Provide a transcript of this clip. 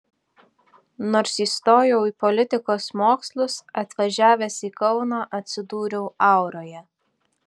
nors įstojau į politikos mokslus atvažiavęs į kauną atsidūriau auroje